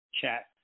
chat